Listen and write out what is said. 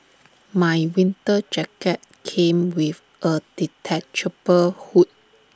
my winter jacket came with A detachable hood